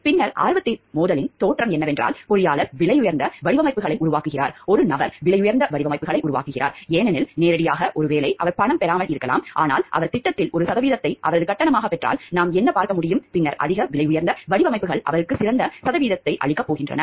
பின்னர் ஆர்வத்தின் மோதலின் தோற்றம் என்னவென்றால் பொறியாளர் விலையுயர்ந்த வடிவமைப்புகளை உருவாக்குகிறார் ஒரு நபர் விலையுயர்ந்த வடிவமைப்புகளை உருவாக்குகிறார் ஏனெனில் நேரடியாக ஒருவேளை அவர் பணம் பெறாமல் இருக்கலாம் ஆனால் அவர் திட்டத்தில் ஒரு சதவீதத்தை அவரது கட்டணமாகப் பெற்றால் நாம் என்ன பார்க்க முடியும் பின்னர் அதிக விலையுயர்ந்த வடிவமைப்புகள் அவருக்கு சிறந்த சதவீதத்தை அளிக்கப் போகின்றன